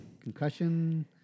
concussion